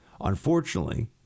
Unfortunately